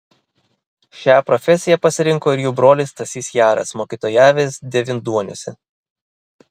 šią profesiją pasirinko ir jų brolis stasys jaras mokytojavęs devynduoniuose